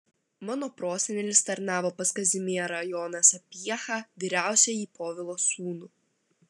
mano prosenelis tarnavo pas kazimierą joną sapiehą vyriausiąjį povilo sūnų